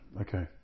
okay